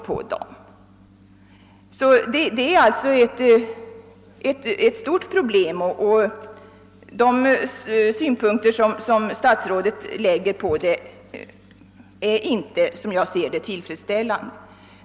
Problemet är alltså stort, och de synpunkter som statsrådet lägger på det är inte, som jag ser det, tillfredsställande.